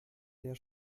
der